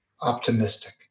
optimistic